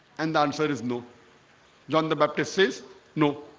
and the answer is no john. the baptist says no